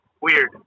weird